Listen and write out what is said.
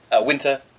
winter